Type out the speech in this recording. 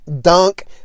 dunk